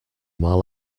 while